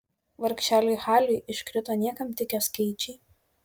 vargšeliui haliui iškrito niekam tikę skaičiai